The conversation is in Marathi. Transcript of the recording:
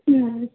हं